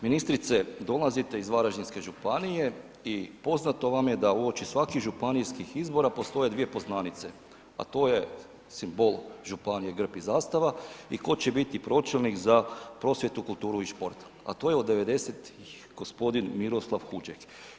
Ministrice, dolazite iz Varaždinske županije i poznato vam je da uoči svakih županijskih izbora postoje dvije poznanice, a to je simbol županije, grb i zastava i tko će biti pročelnik za prosvjetu, kulturu i šport, a to je od 90-ih g. Miroslav Huđek.